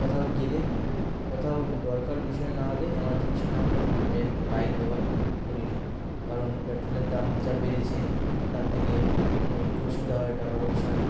কোথাও গেলে কোথাও দরকার বিষয় না হলে এমার্জেন্সি না হলে আমি এখন বাইক ব্যবহার করি না কারণ পেট্রোলের দাম যা বেড়েছে তার থেকে একটু অসুবিধা হয় টাকা পয়সার